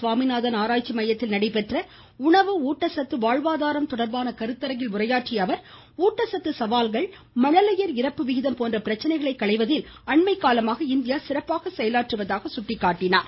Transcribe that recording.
சுவாமிநாதன் ஆராய்ச்சி மையத்தில் நடைபெற்ற உணவு ஊட்டச்சத்து வாழ்வாதாரம் தொடர்பான கருத்தரங்கில் உரையாற்றிய அவர் ஊட்டச்சத்து சவால்கள் மழலையர் இறப்பு விகிதம் போன்ற பிரச்சனைகளை களைவதில் அண்மைக் காலமாக இந்தியா சிறப்பாக செயலாற்றுவதாக சுட்டிக்காட்டினார்